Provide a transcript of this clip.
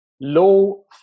low